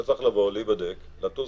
צריך להיבדק ולטוס.